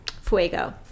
Fuego